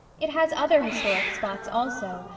it has other historic spots also,